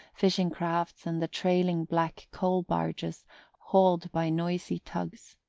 fishing-craft and the trailing black coal-barges hauled by noisy tugs.